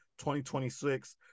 2026